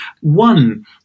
One